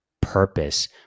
purpose